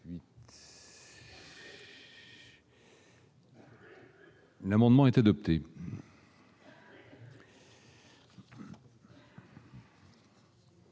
l'amendement est adopté,